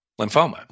lymphoma